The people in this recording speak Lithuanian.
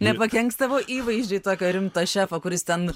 nepakenks tavo įvaizdžiui tokio rimto šefo kuris ten